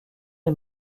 est